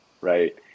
Right